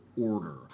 order